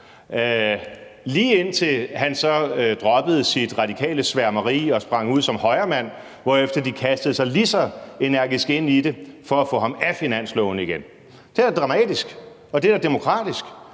lige indtil han så droppede sit radikale sværmeri og sprang ud som Højremand, hvorefter de kastede sig lige så energisk ind i det for at få ham af finansloven igen. Det er da dramatisk, og det er da demokratisk.